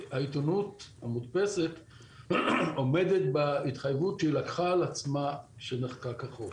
העיתונות המודפסת עומדת בהתחייבות שלקחה על עצמה כשנחקק החוק.